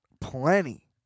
plenty